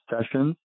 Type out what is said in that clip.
sessions